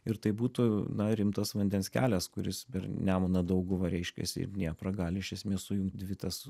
ir tai būtų na rimtas vandens kelias kuris per nemuną dauguvą reiškiasi ir dnieprą gali iš esmės sujungt dvi tas